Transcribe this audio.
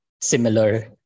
similar